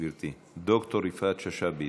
גברתי, ד"ר יפעת שאשא ביטון.